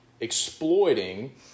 exploiting